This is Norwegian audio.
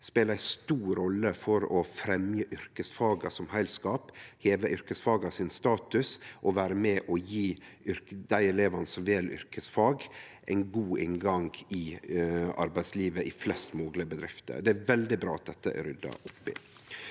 speler ei stor rolle for å fremje yrkesfaga som heilskap, heve yrkesfaga sin status og vere med på å gje dei elevane som vel yrkesfag, ein god inngang i arbeidslivet i flest mogleg bedrifter. Det er veldig bra at dette er rydda opp